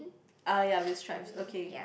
ah ya with stripes okay